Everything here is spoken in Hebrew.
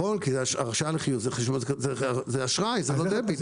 נכון כי הרשאה לחיוב זה אשראי, זה לא דביט.